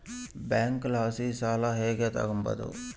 ಬ್ಯಾಂಕಲಾಸಿ ಸಾಲ ಹೆಂಗ್ ತಾಂಬದು?